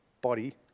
body